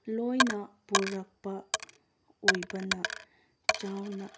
ꯂꯣꯏꯅ ꯄꯨꯔꯛꯄ ꯑꯣꯏꯕꯅ ꯆꯥꯎꯅ